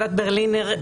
ברלינר,